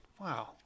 wow